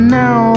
now